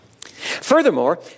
Furthermore